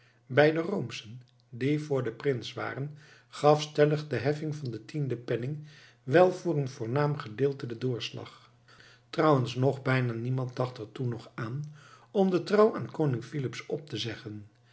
de roomschen die voor den prins waren gaf stellig de heffing van den tienden penning wel voor een voornaam gedeelte den doorslag trouwens nog bijna niemand dacht er toen nog aan om de trouw aan koning filips op te zeggen